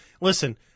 Listen